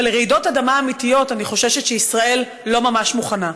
אבל לרעידות אדמה אמיתיות אני חוששת שישראל לא ממש מוכנה,